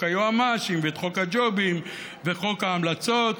היועמ"שים ואת חוק הג'ובים וחוק ההמלצות,